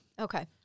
Okay